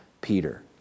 Peter